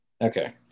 Okay